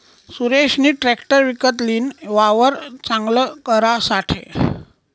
सुरेशनी ट्रेकटर विकत लीन, वावर चांगल करासाठे